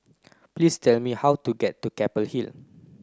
please tell me how to get to Keppel Hill